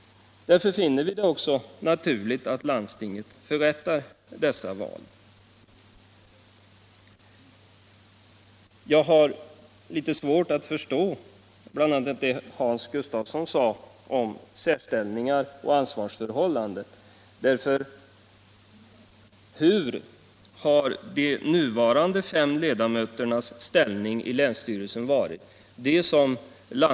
Därför finner vi det naturligt att landstinget förrättar dessa val. Jag har litet svårt att förstå vad Hans Gustafsson sade om särställning och ansvarsförhållanden. Vilken ställning har de nuvarande fem landstingsvalda ledamöterna i länsstyrelsen haft?